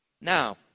Now